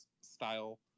style